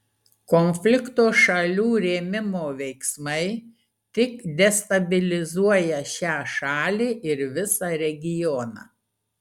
konflikto šalių rėmimo veiksmai tik destabilizuoja šią šalį ir visą regioną